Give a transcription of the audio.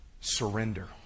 Surrender